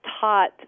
taught